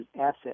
asset